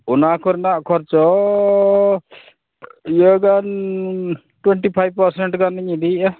ᱚᱱᱟᱠᱚ ᱨᱮᱱᱟᱜ ᱠᱷᱚᱨᱪᱚᱻ ᱤᱭᱟᱹᱜᱟᱱ ᱴᱚᱭᱮᱱᱴᱤ ᱯᱷᱟᱭᱤᱵᱷ ᱯᱟᱨᱥᱮᱱᱴ ᱜᱟᱱᱤᱧ ᱤᱫᱤᱭᱮᱫᱼᱟ